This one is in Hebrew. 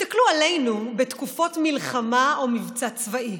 הסתכלו עלינו בתקופות מלחמה או מבצע צבאי: